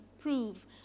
prove